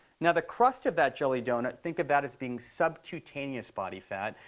now the crust of that jelly donut, think of that as being subcutaneous body fat.